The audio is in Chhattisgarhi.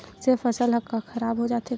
से फसल ह खराब हो जाथे का?